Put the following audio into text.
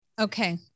Okay